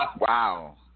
Wow